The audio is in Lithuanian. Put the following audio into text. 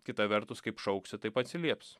kita vertus kaip šauksi taip atsilieps